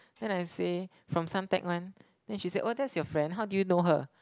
then I say from Suntec one then she say oh that's your friend how do you know her